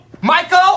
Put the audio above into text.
Michael